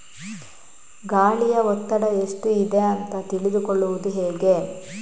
ಗಾಳಿಯ ಒತ್ತಡ ಎಷ್ಟು ಇದೆ ಅಂತ ತಿಳಿದುಕೊಳ್ಳುವುದು ಹೇಗೆ?